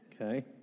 Okay